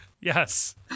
Yes